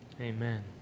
Amen